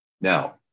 now